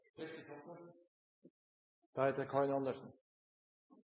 Lundteigen, Karin Andersen